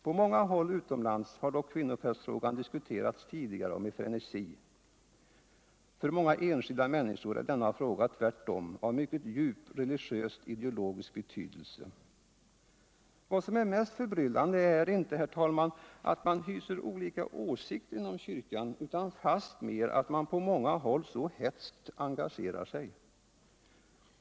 På många håll utomlands har dock kvinnoprästfrågan diskuterats tidigare och med frenesi. För många enskilda människor är denna fråga tvärtom av mycket djup religiös-ideologisk betydelse. Vad som är mest förbryllande är inte, herr talman, att man hyser olika åsikter inom kyrkan utan fastmera att man på många håll så hätskt engagerar sig.